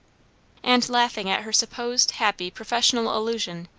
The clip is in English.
and laughing at her supposed happy professional allusion,